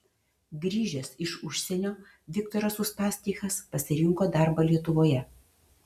grįžęs iš užsienio viktoras uspaskichas pasirinko darbą lietuvoje